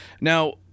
now